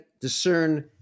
discern